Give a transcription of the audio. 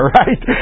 right